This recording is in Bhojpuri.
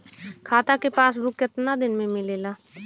खाता के पासबुक कितना दिन में मिलेला?